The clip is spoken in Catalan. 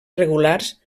regulars